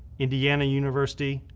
indiana university,